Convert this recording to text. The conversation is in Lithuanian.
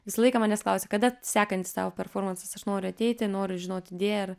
visą laiką manęs klausia kada sekantis tavo performansas aš noriu ateiti noriu žinot idėją ir